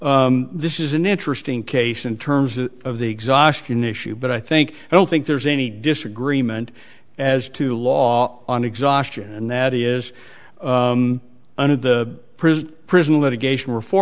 respond this is an interesting case in terms of the exhaustion issue but i think i don't think there's any disagreement as to law on exhaustion and that is under the prison prison litigation reform